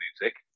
music